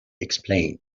explained